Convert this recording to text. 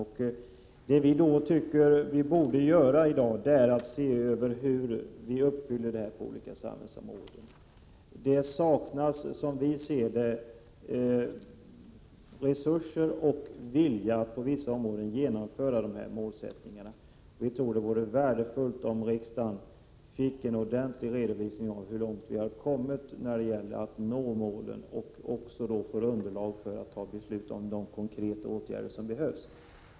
Vad vi i centern anser är att man borde se över hur dessa mål uppfylls på olika samhällsområden. Som vi ser det saknas det på vissa områden resurser och vilja att uppfylla dessa mål, och vi tror att det vore värdefullt om riksdagen fick en ordentlig redovisning av hur långt vi kommit när det gäller att nå målen. På det sättet får vi underlag för att fatta beslut om de konkreta åtgärder som behövs.